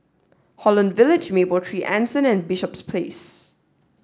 Holland Village Mapletree Anson and Bishops Place